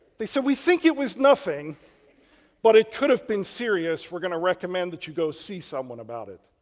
they said, we think it was nothing but it could have been serious, we're going to recommend that you go see someone about it.